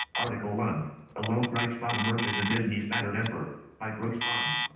article one a lone bright spot emerges in disney's mandarin emperor by brooks arm.